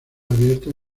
abierta